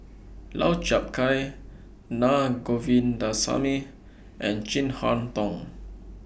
Lau Chiap Khai Na Govindasamy and Chin Harn Tong